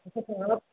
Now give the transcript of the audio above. اچھا اچھا آپ